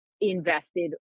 invested